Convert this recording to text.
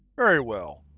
very well.